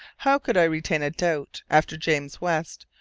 how could i retain a doubt, after james west,